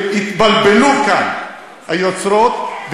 התבלבלו כאן היוצרות,